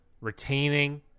retaining